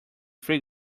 free